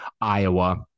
Iowa